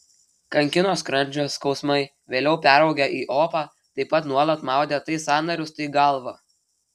kankino skrandžio skausmai vėliau peraugę į opą taip pat nuolat maudė tai sąnarius tai galvą